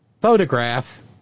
photograph